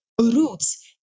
roots